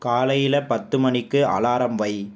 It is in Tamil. காலையில் பத்து மணிக்கு அலாரம் வை